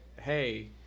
hey